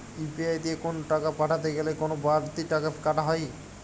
UPI দিয়ে কোন টাকা পাঠাতে গেলে কোন বারতি টাকা কি কাটা হয়?